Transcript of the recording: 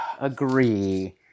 agree